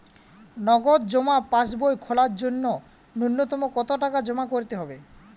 নগদ জমা পাসবই খোলার জন্য নূন্যতম কতো টাকা জমা করতে হবে?